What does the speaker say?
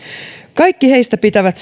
kaikki heistä pitävät